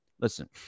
Listen